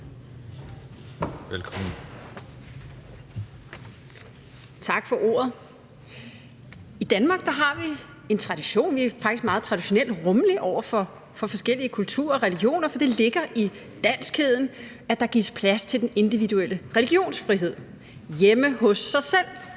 (NB): Tak for ordet. I Danmark har vi en tradition: Vi er faktisk meget rummelige over for forskellige kulturer og religioner. For det ligger i danskheden, at der gives plads til den individuelle religionsfrihed – hjemme hos en selv.